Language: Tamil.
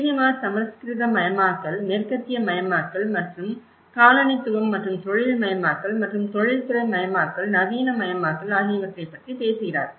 ஸ்ரீனிவாஸ் சமஸ்கிருதமயமாக்கல் மேற்கத்தியமயமாக்கல் மற்றும் காலனித்துவம் மற்றும் தொழில்மயமாக்கல் மற்றும் தொழில்துறைமயமாக்கல் நவீனமயமாக்கல் ஆகியவற்றைப் பற்றி பேசுகிறார்